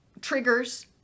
triggers